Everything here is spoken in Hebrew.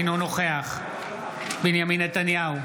אינו נוכח בנימין נתניהו,